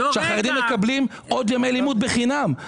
שהחרדים מקבלים עוד ימי לימוד בחינם.